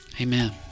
Amen